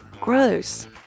Gross